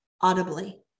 audibly